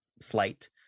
Slight